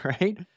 right